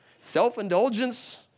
self-indulgence